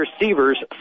receivers